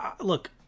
look